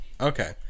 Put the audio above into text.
Okay